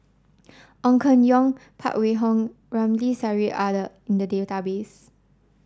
Ong Keng Yong Phan Wait Hong Ramli Sarip are the in the database